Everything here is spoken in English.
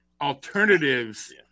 alternatives